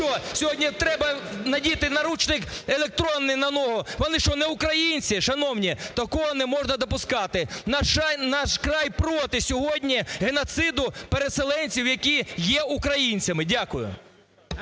сьогодні треба надіти наручних електронний на ногу, вони що не українці? Шановні, такого не можна допускати. "Наш край" проти сьогодні геноциду переселенців, які є українцями. Дякую.